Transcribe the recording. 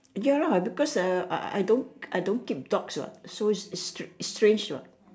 ya lah because uh I I don't I don't keep dogs what so it's it's it's strange what